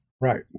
Right